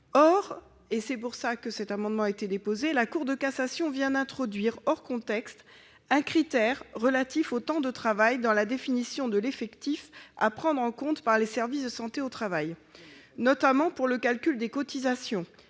ne travaille pas à temps plein. Or la Cour de cassation vient d'introduire, hors contexte, un critère relatif au temps de travail dans la définition de l'effectif à prendre en compte par les services de santé au travail, notamment pour le calcul des cotisations.